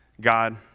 God